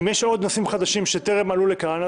אם יש עוד נושאים חדשים שטרם עלו לכאן,